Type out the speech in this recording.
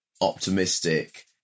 optimistic